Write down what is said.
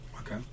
Okay